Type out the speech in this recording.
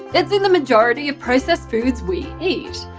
it's in the majority of processed foods we eat.